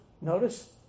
notice